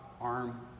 arm